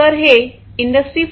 तर हे इंडस्ट्री 4